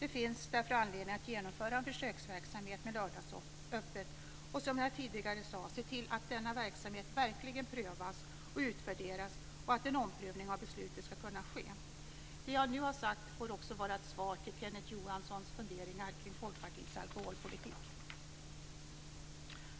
Det finns därför anledning att genomföra en försöksverksamhet med lördagsöppet och, som jag tidigare sade, se till att denna verksamhet verkligen prövas och utvärderas och att en omprövning av beslutet ska kunna ske. Det jag nu har sagt får också vara ett svar på Kenneth Johanssons funderingar kring Folkpartiets alkoholpolitik.